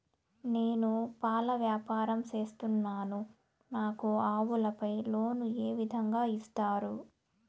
నేను పాల వ్యాపారం సేస్తున్నాను, నాకు ఆవులపై లోను ఏ విధంగా ఇస్తారు